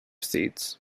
seats